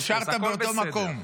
נשארת באותו מקום.